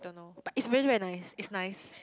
don't know but it's really very nice it's nice